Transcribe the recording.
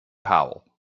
powell